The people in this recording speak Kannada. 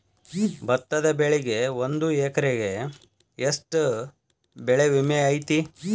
ಭತ್ತದ ಬೆಳಿಗೆ ಒಂದು ಎಕರೆಗೆ ಎಷ್ಟ ಬೆಳೆ ವಿಮೆ ಐತಿ?